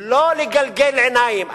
לא לגלגל עיניים.